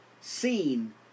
seen